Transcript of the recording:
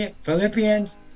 Philippians